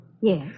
Yes